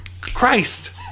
Christ